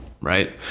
right